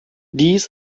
dies